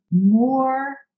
more